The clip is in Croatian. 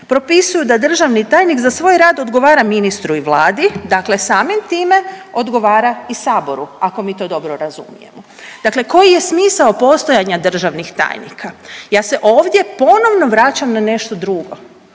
propisuju da državni tajnik za svoj rad odgovara ministru i Vladi, dakle samim time, odgovara i Saboru, ako mi to dobro razumijemo. Dakle koji je smisao postojanja državnih tajnika? Ja se ovdje ponovno vraćam na nešto drugo.